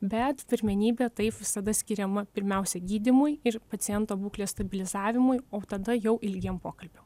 bet pirmenybė taip visada skiriama pirmiausia gydymui ir paciento būklės stabilizavimui o tada jau ilgiem pokalbiam